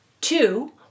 Two